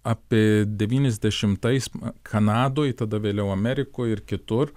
apie devyniasdešimtais kanadoj tada vėliau amerikoj ir kitur